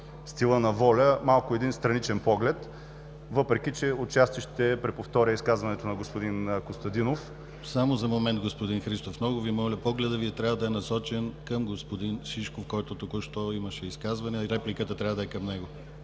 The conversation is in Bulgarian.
стила на „Воля“, един страничен поглед, въпреки че отчасти ще преповторя изказването на господин Костадинов. ПРЕДСЕДАТЕЛ ДИМИТЪР ГЛАВЧЕВ: Само за момент, господин Христов, много Ви моля, погледът Ви трябва да е насочен към господин Шишков, който току-що имаше изказване и репликата трябва да е към него.